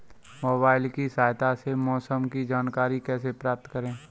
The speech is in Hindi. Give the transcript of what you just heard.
मोबाइल की सहायता से मौसम की जानकारी कैसे प्राप्त करें?